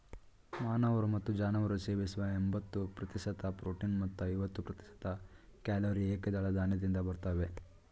ಮಾನವರು ಮತ್ತು ಜಾನುವಾರು ಸೇವಿಸುವ ಎಂಬತ್ತು ಪ್ರತಿಶತ ಪ್ರೋಟೀನ್ ಮತ್ತು ಐವತ್ತು ಪ್ರತಿಶತ ಕ್ಯಾಲೊರಿ ಏಕದಳ ಧಾನ್ಯದಿಂದ ಬರ್ತವೆ